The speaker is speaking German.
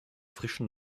frischen